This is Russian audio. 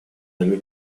нами